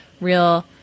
real